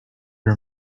her